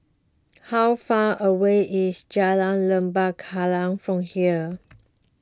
how far away is Jalan Lembah Kallang from here